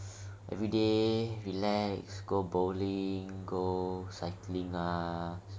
everyday relax go bowling go cycling ah